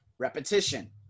Repetition